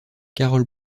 carole